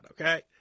Okay